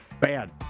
Bad